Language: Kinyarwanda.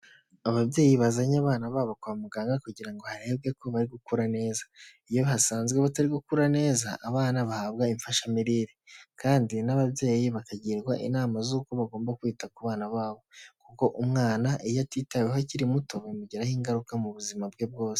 Ababyeyi bazanye abana babo kwa muganga kugira ngo harebwe ko bari gukura neza, iyo hasanzwe batari gukura neza, abana bahabwa imfashamirire kandi n'ababyeyi bakagirwa inama z'uko bagomba kwita ku bana babo, kuko umwana iyo atitaweho akiri muto bimugiraho ingaruka mu buzima bwe bwose.